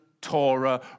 Torah